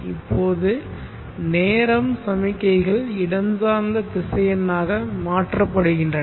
இப்போது நேரம் சமிக்ஞைகள் இடம் சார்ந்த திசையனாக மாற்றப்படுகின்றன